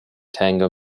tango